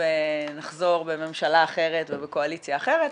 פה ונחזור בממשלה אחרת ובקואליציה אחרת,